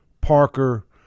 Parker